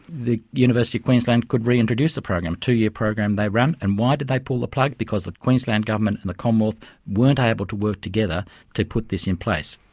the university of queensland could reintroduce the program. two-year program they ran, and why did they pull the plug? because the queensland government and the commonwealth weren't able to work together to put this in place.